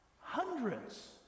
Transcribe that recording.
hundreds